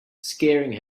scaring